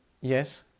Yes